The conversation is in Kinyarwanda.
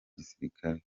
gisilikare